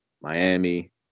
Miami